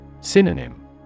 Synonym